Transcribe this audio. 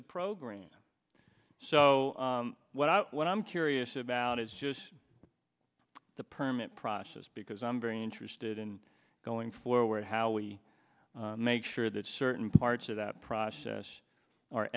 the program so what i what i'm curious about is just the permit process because i'm very interested in going forward how we make sure that certain parts of that process